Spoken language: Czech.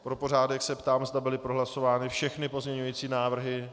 Pro pořádek se ptám, zda byly prohlasovány všechny pozměňovací návrhy.